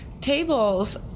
tables